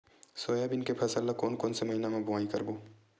Soybean के फसल ल कोन कौन से महीना म बोआई करबो?